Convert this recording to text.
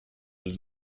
was